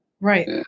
right